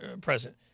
present